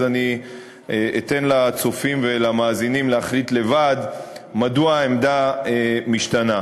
אז אני אתן לצופים ולמאזינים להחליט לבד מדוע העמדה משתנה.